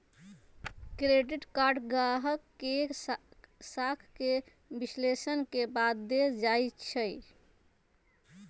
credit card गाहक के साख के विश्लेषण के बाद देल जाइ छइ